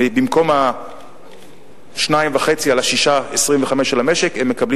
במקום 2.5% על ה-6.25% של המשק הם מקבלים